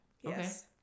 Yes